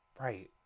Right